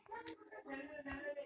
Mini statement म्हणजे काय?